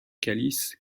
calice